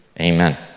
Amen